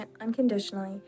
unconditionally